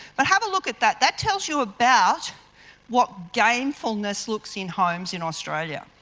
but have a look at that, that tells you about what gamefulness looks in homes in australia.